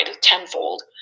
tenfold